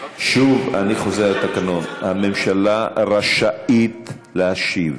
שוב, אני חוזר על התקנון: הממשלה רשאית להשיב.